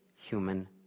human